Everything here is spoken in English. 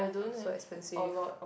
like so expensive